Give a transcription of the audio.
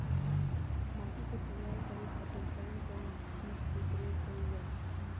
माटी के तैयार करे खातिर कउन कउन चीज के प्रयोग कइल जाला?